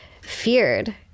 feared